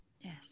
Yes